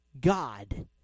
God